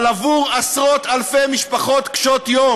אבל עבור עשרות-אלפי משפחות קשות-יום